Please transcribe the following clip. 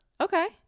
okay